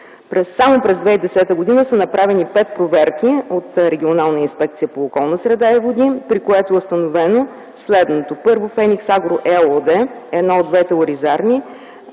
Само през 2010 г. са направени пет проверки от регионалната инспекция по околната среда и водите, при които е установено следното: Първо, „Феникс Агро” ЕООД – една от двете оризарни,